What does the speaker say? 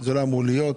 זה לא אמור להיות.